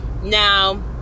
Now